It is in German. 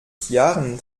jahren